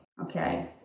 okay